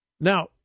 Now